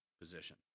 position